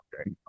okay